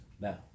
now